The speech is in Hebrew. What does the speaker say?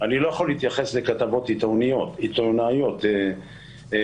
אני לא יכול להתייחס לכתבות עיתונאיות ברשותכם.